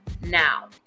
now